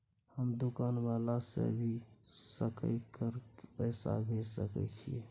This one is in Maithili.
हम दुकान वाला के भी सकय कर के पैसा भेज सके छीयै?